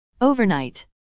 Overnight